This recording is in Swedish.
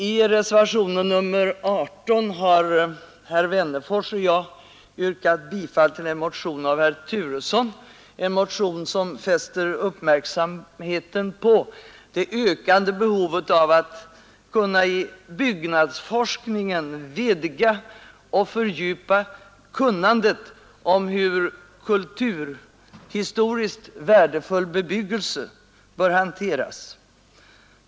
I reservationen 18 har herr Wennerfors och jag yrkat bifall till en motion av herr Turesson, en motion som fäster uppmärksamheten på det ökande behovet av att i byggnadsforskningen vidga och fördjupa kunnandet om hur kulturhistoriskt värdefull bebyggelse bör hanteras.